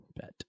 bet